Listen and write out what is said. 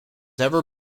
ever